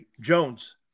Jones